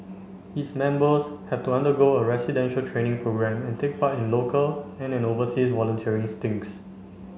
its members have to undergo a residential training programme and take part in local and an overseas volunteering stinks